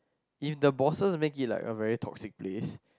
if the bosses make it like a very toxic place